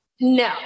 No